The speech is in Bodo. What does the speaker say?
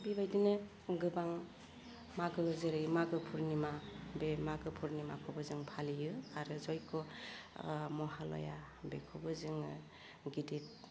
बिबायदिनो गोबां मागो जेरै मागो फुरनिमा बे मागो फुरनिमाखौबो जों फालियो आरो जय्ग' ओह महालया बेखौबो जोङो गिदिद